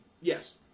Yes